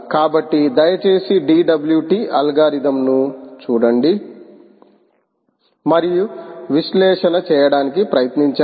కాబట్టి దయచేసి DTW అల్గోరిథంను చూడండి మరియు విశ్లేషణ చేయడానికి ప్రయత్నించండి